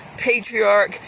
patriarch